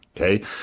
okay